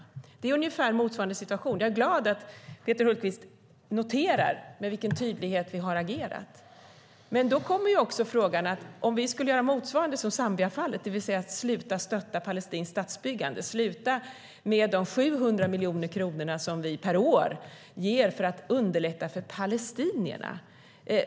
Det här är ungefär en motsvarande situation, och jag är glad att Peter Hultqvist noterar med vilken tydlighet vi har agerat. Men då kommer också frågan om vi på motsvarande sätt som i fallet Zambia skulle sluta stötta palestinskt statsbyggande och sluta med de 700 miljoner kronor per år som vi ger för att underlätta för palestinierna.